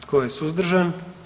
Tko je suzdržan?